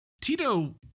Tito